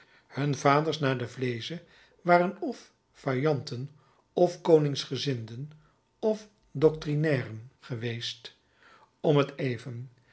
hun vaders naar den vleesche waren f feuillanten f koningsgezinden f doctrinairen geweest om t even